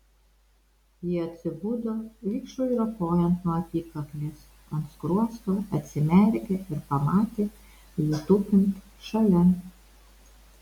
ji atsibudo vikšrui ropojant nuo apykaklės ant skruosto atsimerkė ir pamatė jį tupint šalia